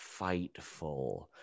Fightful